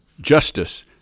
justice